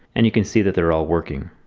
and you can see that they're all working.